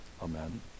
Amen